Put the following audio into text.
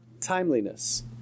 timeliness